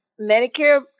Medicare